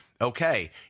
Okay